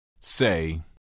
Say